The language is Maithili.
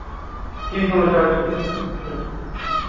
की समाचार छै